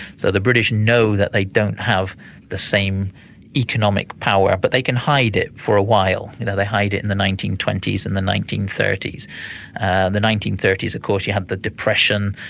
so the british know that they don't have the same economic power, but they can hide it for a while you know, they hide it in the nineteen twenty s and the nineteen thirty s. and the nineteen thirty s, of course, you had the depression,